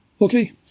Okay